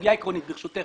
סוגיה עקרונית, ברשותך.